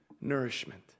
nourishment